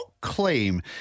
claim